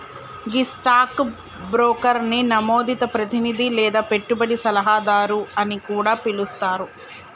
గీ stock బ్రోకర్ని నమోదిత ప్రతినిధి లేదా పెట్టుబడి సలహాదారు అని కూడా పిలుస్తారు